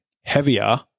heavier